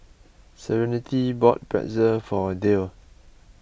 Serenity bought Pretzel for Dayle